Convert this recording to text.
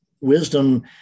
wisdom